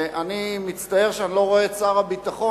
אני מצטער שאני לא רואה את שר הביטחון,